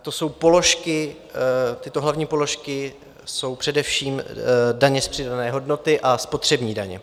To jsou položky... tyto hlavní položky jsou především daně z přidané hodnoty a spotřební daně.